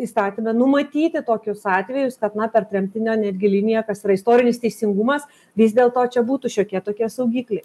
įstatyme numatyti tokius atvejus tad na per tremtinio netgi liniją kas yra istorinis teisingumas vis dėlto čia būtų šiokie tokie saugikliai